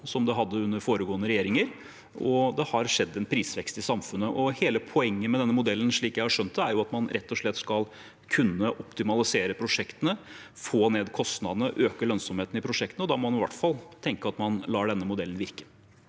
som det hadde under foregående regjeringer, og det har skjedd en prisvekst i samfunnet. Hele poenget med denne modellen, slik jeg har skjønt det, er at man rett og slett skal kunne optimalisere prosjektene, få ned kostnadene og øke lønnsomheten i prosjektene, og da må man i hvert fall tenke at man lar denne modellen virke.